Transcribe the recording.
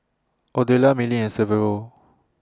Odelia Milly and Severo